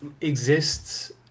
Exists